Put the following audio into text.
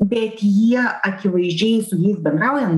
bet jie akivaizdžiai su jais bendraujant